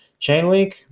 Chainlink